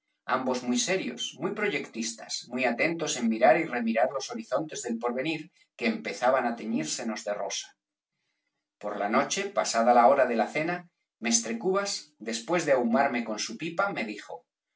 ambos muy serios muy proyectistas muy atentos en mirar y remirar los horizontes del porvenir que empezaban á teñírsenos de rosa por la noche pasada la hora de la cena mestre cubas después de ahumarme con su pipa me dijo